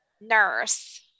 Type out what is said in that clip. nurse